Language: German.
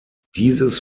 dieses